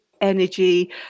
energy